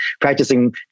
practicing